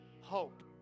hope